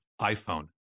iPhone